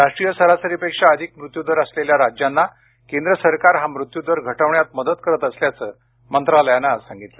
राष्ट्रीय सरासरीपेक्षा अधिक मृत्यू दर असलेल्या राज्यांना केंद्र सरकार हा मृत्यू दर घटविण्यात मदत करत असल्याचं मंत्रालयानं आज सांगितलं